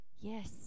Yes